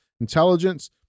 intelligence